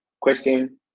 Question